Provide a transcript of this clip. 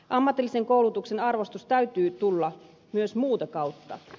ammatillisen koulutuksen arvostuksen täytyy tulla myös muuta kautta